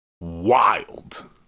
wild